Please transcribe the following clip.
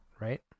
right